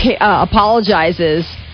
apologizes